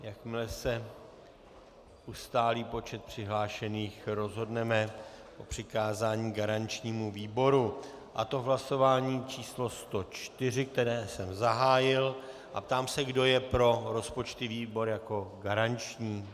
Jakmile se ustálí počet přihlášených, rozhodneme o přikázání garančnímu výboru, a to v hlasování číslo 104, které jsem zahájil, a ptám se, kdo je pro rozpočtový výbor jako garanční.